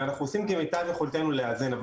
אנחנו עושים כמיטב יכולתנו לאזן.